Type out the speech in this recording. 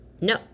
No